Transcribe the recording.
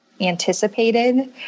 anticipated